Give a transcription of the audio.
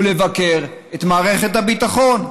ולבקר את מערכת הביטחון?